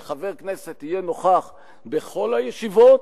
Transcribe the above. ואנחנו מצווים לכך שחבר כנסת יהיה נוכח בכל הישיבות